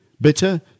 Bitter